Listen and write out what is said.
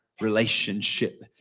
relationship